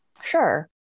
Sure